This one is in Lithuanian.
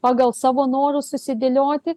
pagal savo norus susidėlioti